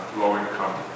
low-income